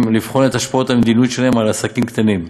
לבחון את השפעות המדיניות שלהם על עסקים קטנים.